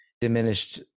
diminished